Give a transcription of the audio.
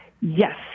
Yes